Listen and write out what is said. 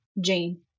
Jane